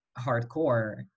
hardcore